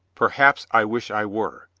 perhaps i wish i were.